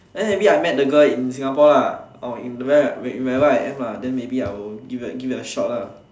then maybe I met the girl in Singapore lah or in where in where ever I am lah then maybe I would give it a give it a shot lah